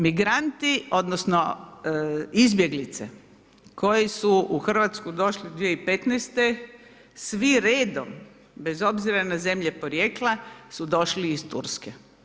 Migranti odnosno izbjeglice koji su u Hrvatsku došli 2015. svi redom bez obzira na zemlje porijekla su došli ih Turske.